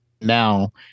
now